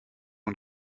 und